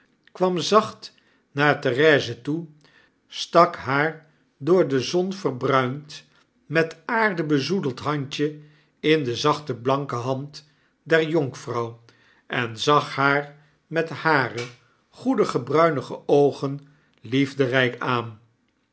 kwam zacht naar therese toe stak haar door dezonverbruind met aarde bezoedeld handje in de zachte blanke hand der jonkvrouw en zag haar met hare goedige bruine oogen liefderyk aan